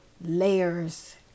layers